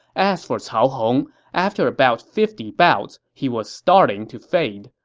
as for cao hong, after about fifty bouts, he was starting to fade.